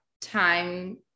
time